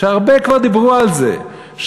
והרבה כבר דיברו על זה,